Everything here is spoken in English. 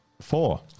Four